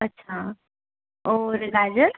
अच्छा और गाजर